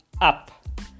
Up